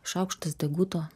šaukštas deguto